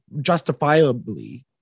justifiably